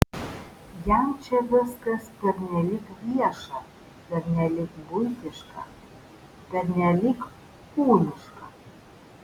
jam čia viskas pernelyg vieša pernelyg buitiška pernelyg kūniška